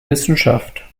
wissenschaft